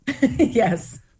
Yes